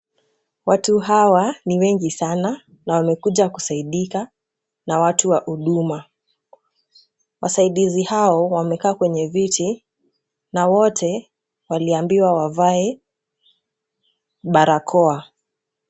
Watu hawa ni wengi sana na wamekuja kusaidika na watu wa Huduma. Wasaidizi hao wamekaa kwenye viti na wote waliambiwa wavae barakoa.